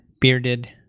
bearded